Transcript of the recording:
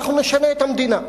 אנחנו נשנה את המדינה.